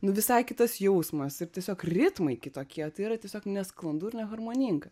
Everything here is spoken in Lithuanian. nu visai kitas jausmas ir tiesiog ritmai kitokie tai yra tiesiog nesklandu ir neharmoninga